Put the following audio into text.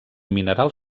mineral